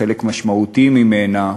חלק משמעותי ממנה,